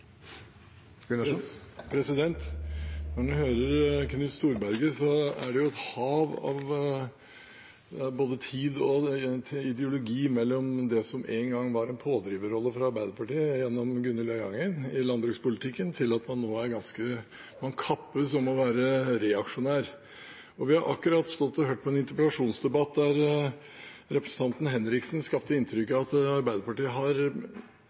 det et hav av både tid og ideologi fra det som en gang var en pådriverrolle fra Arbeiderpartiet i landbrukspolitikken ved Gunhild Øyangen, til at man nå kappes om å være reaksjonær. Vi har akkurat hørt en interpellasjonsdebatt der representanten Per Rune Henriksen skapte inntrykk av at Arbeiderpartiet